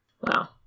Wow